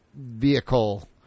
vehicle